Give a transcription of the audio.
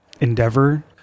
endeavor